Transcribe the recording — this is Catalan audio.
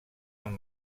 amb